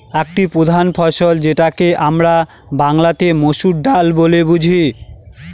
একটি প্রধান ফসল যেটাকে আমরা বাংলাতে মসুর ডাল বলে বুঝি